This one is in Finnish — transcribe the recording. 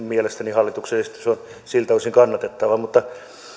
mielestäni hallituksen esitys on siltä osin kannatettava mutta